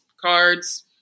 cards